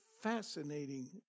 fascinating